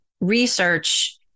research